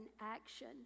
action